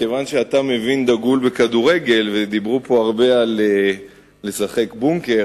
כיוון שאתה מבין דגול בכדורגל ודיברו פה הרבה על "לשחק בונקר",